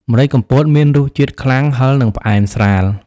ម្រេចកំពតមានរសជាតិខ្លាំង ហឹរ និងផ្អែមស្រាល។